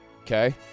Okay